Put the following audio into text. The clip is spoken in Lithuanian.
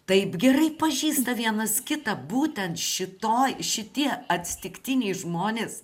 taip gerai pažįsta vienas kitą būtent šitoj šitie atsitiktiniai žmonės